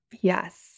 Yes